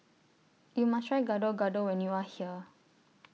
YOU must Try Gado Gado when YOU Are here